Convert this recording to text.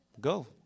Go